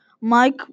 Mike